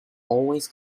always